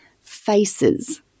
faces